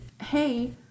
hey